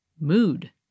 mood